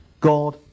God